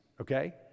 okay